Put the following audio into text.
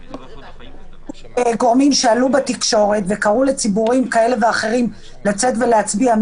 עלו גורמים שונים בתקשורת וקראו לציבורים כאלה ואחרים לצאת ולהצביע,